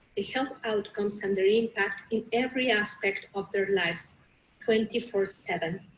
the health outcomes and their impact in every aspect of their lives twenty four seven.